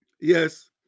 Yes